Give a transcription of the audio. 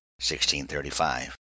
1635